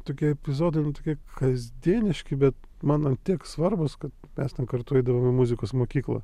tokie epizodai kaip kasdieniški bet man ant tiek svarbūs kad mes kartu eidavom į muzikos mokyklą